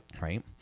Right